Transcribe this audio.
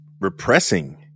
repressing